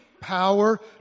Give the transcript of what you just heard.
power